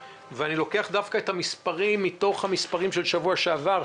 ואני לוקח דווקא את המספרים מתוך הנתונים של שבוע שעבר,